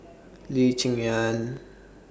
Lee Cheng Yan